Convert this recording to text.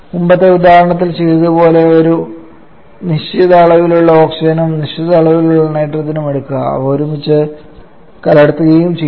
മുമ്പത്തെ ഉദാഹരണത്തിൽ ചെയ്തത് പോലെ ഒരു നിശ്ചിത അളവിലുള്ള ഓക്സിജനും നിശ്ചിത അളവിലുള്ള നൈട്രജനും എടുക്കുകയും അവ ഒരുമിച്ച് കലർത്തുകയും ചെയ്യുന്നു